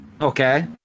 Okay